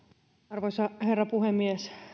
arvoisa herra puhemies